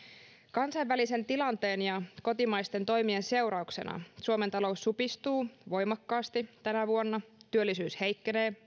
kansainvälisen tilanteen ja kotimaisten toimien seurauksena suomen talous supistuu voimakkaasti tänä vuonna työllisyys